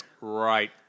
Right